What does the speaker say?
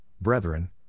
brethren